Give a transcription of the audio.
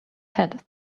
head